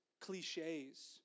cliches